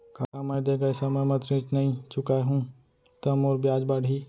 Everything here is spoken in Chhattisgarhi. का मैं दे गए समय म ऋण नई चुकाहूँ त मोर ब्याज बाड़ही?